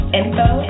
info